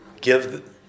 give